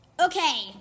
Okay